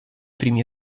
primi